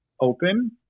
open